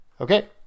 Okay